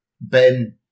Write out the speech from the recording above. Ben